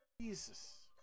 Jesus